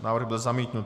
Návrh byl zamítnut.